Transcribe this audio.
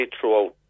throughout